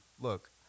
Look